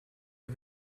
ihr